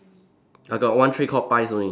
I got one tray called pies only